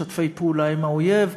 משתפי פעולה עם האויב,